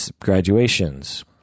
graduations